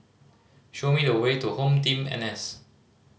show me the way to HomeTeam N S